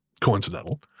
coincidental